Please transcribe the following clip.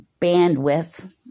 bandwidth